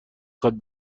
خواد